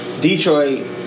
Detroit